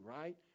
right